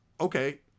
okay